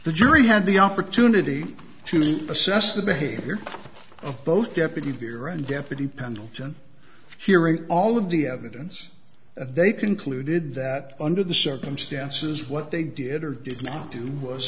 the jury had the opportunity to assess the behavior of both deputy bureau and deputy pendleton hearing all of the evidence they concluded that under the circumstances what they did or did not do was